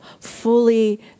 fully